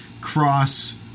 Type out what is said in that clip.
cross